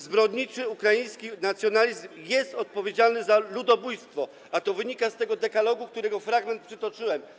Zbrodniczy ukraiński nacjonalizm jest odpowiedzialny za ludobójstwo, a to wynika z tego dekalogu, którego fragment przytoczyłem.